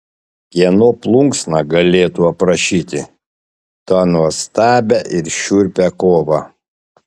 kieno plunksna galėtų aprašyti tą nuostabią ir šiurpią kovą